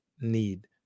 need